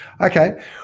okay